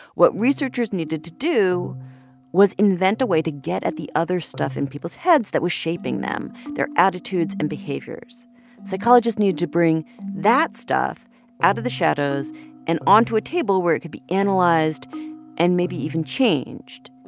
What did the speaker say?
what researchers needed to do was invent a way to get at the other stuff in people's heads that was shaping them, their attitudes and behaviors psychologists needed to bring that stuff out of the shadows and onto a table where it could be analyzed and maybe even changed.